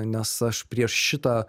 nes aš prieš šitą